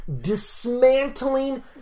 dismantling